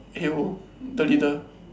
hate who the leader